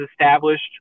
established